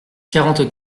quarante